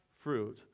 fruit